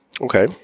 Okay